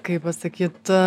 kaip pasakyt